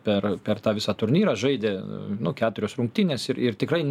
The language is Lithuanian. per per tą visą turnyrą žaidė nu keturios rungtynės ir ir tikrai